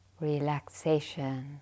relaxation